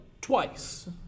twice